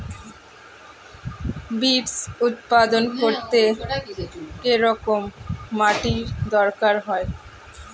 Beets উৎপাদন করতে কেরম মাটির দরকার হয়?